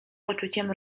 poczuciem